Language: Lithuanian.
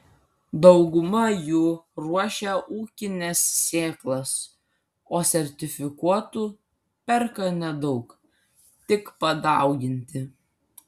dauguma jų ruošia ūkines sėklas o sertifikuotų perka nedaug tik padauginti